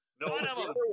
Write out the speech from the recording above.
No